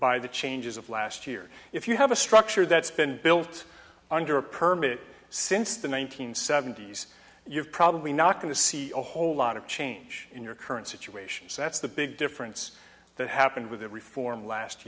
by the changes of last year if you have a structure that's been built under a permit since the one nine hundred seventy s you've probably not going to see a whole lot of change in your current situation so that's the big difference that happened with the reform last